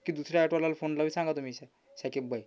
की दुसऱ्या आटोवाल्याला फोन लावे सांगा तुम्ही श शाकीब भाई